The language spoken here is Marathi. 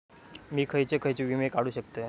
मी खयचे खयचे विमे काढू शकतय?